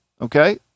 okay